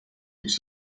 read